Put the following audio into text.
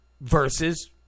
versus